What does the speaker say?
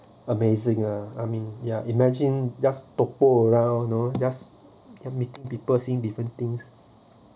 amazing ah I mean ya imagine just to go around no just kept me people seeing different things